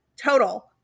total